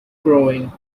growing